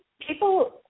people